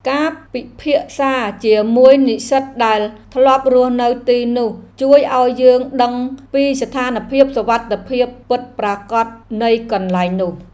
ការពិភាក្សាជាមួយនិស្សិតដែលធ្លាប់រស់នៅទីនោះជួយឱ្យយើងដឹងពីស្ថានភាពសុវត្ថិភាពពិតប្រាកដនៃកន្លែងនោះ។